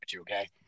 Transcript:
Okay